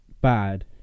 bad